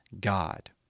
God